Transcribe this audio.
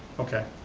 okay.